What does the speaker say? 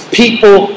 people